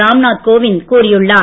ராம்நாத் கோவிந்த் கூறியுள்ளார்